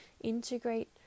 integrate